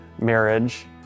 marriage